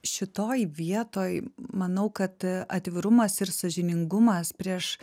šitoj vietoj manau kad atvirumas ir sąžiningumas prieš